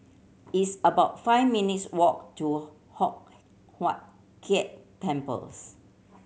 it's about five minutes walk to Hock Huat Keng Temples